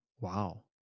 Wow